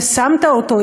ושמת אותו,